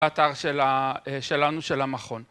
אתר שלנו, של המכון.